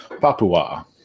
Papua